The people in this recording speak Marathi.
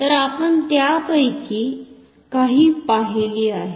तर आपण त्यापैकी काही पाहिली आहेत